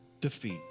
defeat